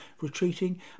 retreating